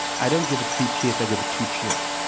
i don't give it three cheers, i give it two cheers.